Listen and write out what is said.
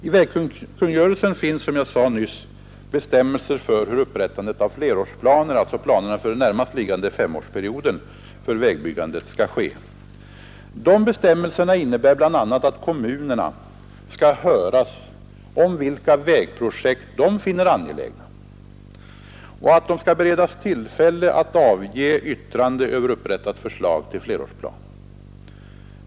I vägkungörelsen finns som jag nyss sade bestämmelser om hur upprättande av flerårsplaner, alltså planerna för den närmaste femårsperioden, för vägbyggandet skall ske. Dessa bestämmelser innebär bl.a. att kommunerna skall höras om vilka vägprojekt de finner angelägna och att de skall beredas tillfälle att avge yttrande över upprättade förslag till flerårsplan.